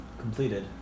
completed